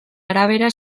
arabera